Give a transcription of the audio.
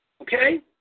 okay